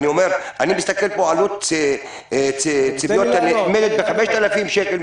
אני מסתכל פה עלות --- נאמדת ב-5,000 שקל,